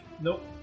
Nope